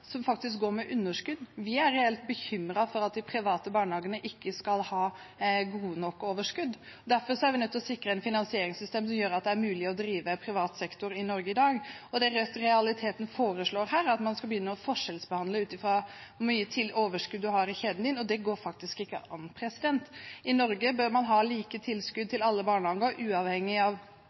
som faktisk går med underskudd. Vi er reelt bekymret for at de private barnehagene ikke skal ha gode nok overskudd. Derfor er vi nødt til å sikre et finansieringssystem som gjør at det er mulig å drive i privat sektor i Norge i dag. Det Rødt i realiteten foreslår her, er at man skal begynne å forskjellsbehandle ut fra hvor stort overskudd man har i kjeden sin. Det går faktisk ikke an. I Norge bør man ha like tilskudd til alle barnehager, uavhengig av